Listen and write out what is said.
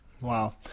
Wow